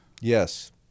Yes